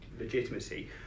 legitimacy